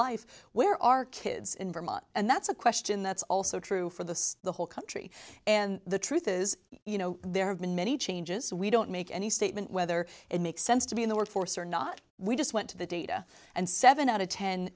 life where are kids in vermont and that's a question that's also true for the whole country and the truth is you know there have been many changes we don't make any statement whether it makes sense to be in the workforce or not we just went to the data and seven out of ten